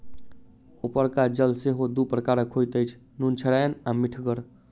उपरका जल सेहो दू प्रकारक होइत अछि, नुनछड़ैन आ मीठगर